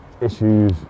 issues